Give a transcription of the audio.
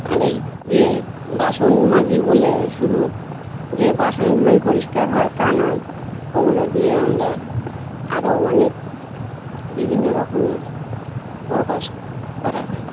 আর এই যে বাসন মাজি বলে শুধু যে বাসনগুলোই পরিষ্কার হয় তা নয় ওগুলো দিয়ে আমরা আরও অনেক বিভিন্ন রকমের প্রকাশ করা হয়